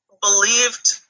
believed